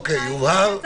אוקיי, יובהר.